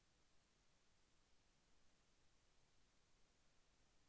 నా అకౌంట్లో డబ్బులు లేవు కట్ అవుతున్నాయని డబ్బులు వేయటం ఆపేసాము పరిష్కారం ఉందా?